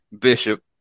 bishop